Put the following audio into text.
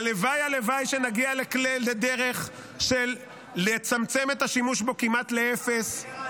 והלוואי הלוואי שנגיע לדרך של לצמצם את השימוש בו כמעט לאפס.